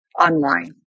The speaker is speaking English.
online